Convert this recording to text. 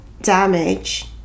damage